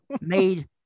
made